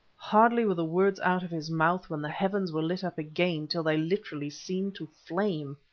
hardly were the words out of his mouth when the heavens were lit up again till they literally seemed to flame.